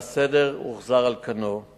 והסדר הוחזר על כנו.